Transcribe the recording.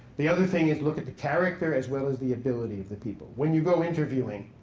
the other thing is look at the character as well as the ability of the people. when you go interviewing,